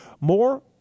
more